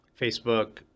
facebook